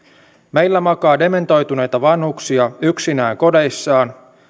meillä makaa dementoituneita vanhuksia yksinään kodeissaan